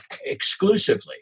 exclusively